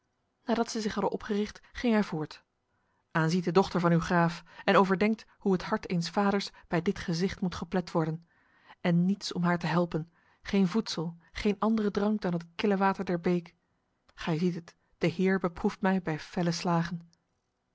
nadat zij zich hadden opgericht ging hij voort aanziet de dochter van uw graaf en overdenkt hoe het hart eens vaders bij dit gezicht moet geplet worden en niets om haar te helpen geen voedsel geen andere drank dan het kille water der beek gij ziet het de heer beproeft mij bij felle slagen